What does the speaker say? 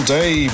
day